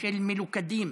של מלוכדים: